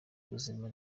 ubuzima